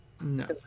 No